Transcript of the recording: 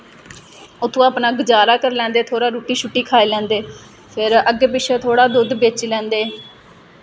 उत्थुआं अपना गज़ारा करी लैंदे थोह्ड़ा रुट्टी शुट्टी खाई लैंदे फिर अग्गें पिच्छें थोह्ड़ा दुद्ध बेची लैंदे